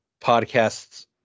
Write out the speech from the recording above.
podcasts